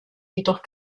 jedoch